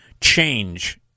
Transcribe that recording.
change